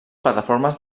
plataformes